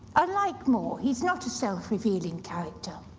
unlike more, he's not a self-revealing character.